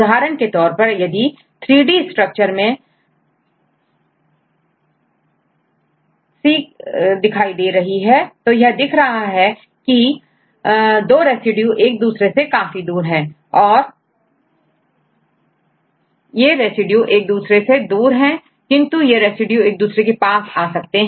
उदाहरण के रूप में इस 3D स्ट्रक्चर में सीख दिखाई दे रहे हैंयह दिख रहा है की दो रेसिड्यू एक दूसरे से काफी दूर है और 11 रेसिड्यू एक दूसरे से दूर हैं किंतु यह रेसिड्यू एक दूसरे के पास आ सकते हैं